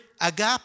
agape